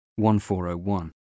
1401